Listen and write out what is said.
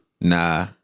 Nah